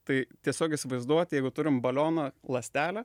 tai tiesiog įsivaizduot jeigu turim balioną ląstelę